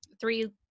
three